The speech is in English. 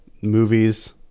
movies